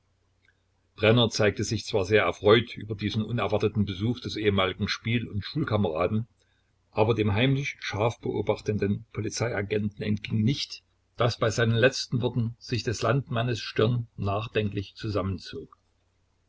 brenner zeigte sich zwar sehr erfreut über diesen unerwarteten besuch des ehemaligen spiel und schulkameraden aber dem heimlich scharf beobachtenden polizeiagenten entging nicht daß bei seinen letzten worten sich des landsmannes stirn nachdenklich